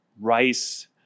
rice